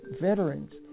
veterans